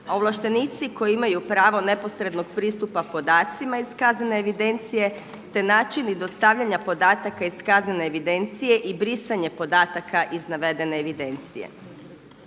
ovlaštenici koji imaju pravo neposrednog pristupa podacima iz kaznene evidencije, te način i dostavljanja podataka iz kaznene evidencije i brisanje podataka iz navedene evidencije.